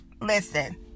Listen